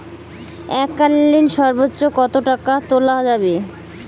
এককালীন সর্বোচ্চ কত টাকা তোলা যাবে?